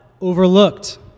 overlooked